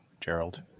Gerald